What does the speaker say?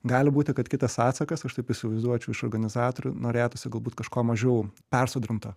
gali būti kad kitas atsakas aš taip įsivaizduočiau iš organizatorių norėtųsi galbūt kažko mažiau persodrinto